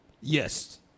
Yes